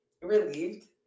Relieved